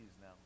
now